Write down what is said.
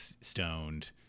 Stoned